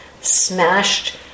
smashed